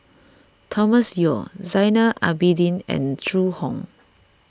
Thomas Yeo Zainal Abidin and Zhu Hong